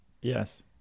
Yes